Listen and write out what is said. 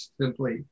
simply